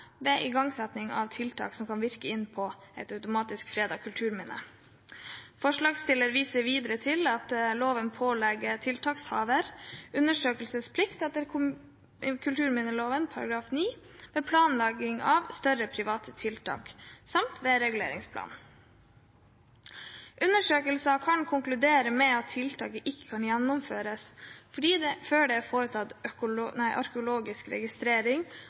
ved igangsetting av tiltak som kan virke inn på et automatisk fredet kulturminne. Forslagsstillerne viser videre til at loven pålegger tiltakshaver undersøkelsesplikt etter kulturminneloven § 9 ved planlegging av større private tiltak samt ved reguleringsplan. Undersøkelser kan konkludere med at tiltaket ikke kan gjennomføres før det er foretatt arkeologisk registrering